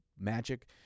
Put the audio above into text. Magic